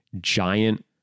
giant